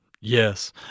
yes